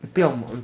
ya